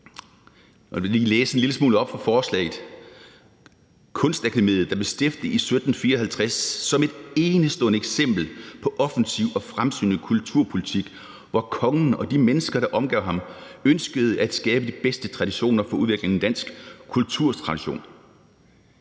jeg vil lige læse en lille smule op fra forslaget: »... Kunstakademiet, der blev stiftet i 1754 som et enestående eksempel på offensiv og fremsynet kulturpolitik, hvor kongen og de mennesker, der omgav ham, ønskede at skabe de bedste rammer for udviklingen af en dansk kunsttradition